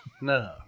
No